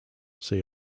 see